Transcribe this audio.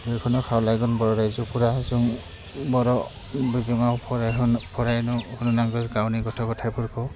बेखौनो खावलायगोन बर' राज्योफोरा जों बर' बिजोङाव फरायहोनो फरायनो होनो नांगौ गावनि गथ' गथायफोरखौ